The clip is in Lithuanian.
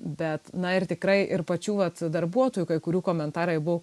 bet na ir tikrai ir pačių vat darbuotojų kai kurių komentarai buvo